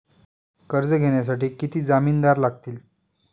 कर्ज घेण्यासाठी किती जामिनदार लागतील?